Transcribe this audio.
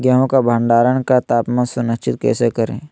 गेहूं का भंडारण का तापमान सुनिश्चित कैसे करिये?